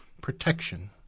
protection